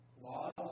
laws